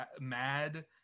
mad